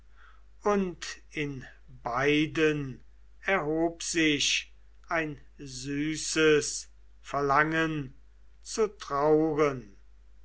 und in beiden erhob sich ein süßes verlangen zu trauern